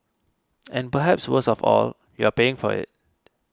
and perhaps worst of all you are paying for it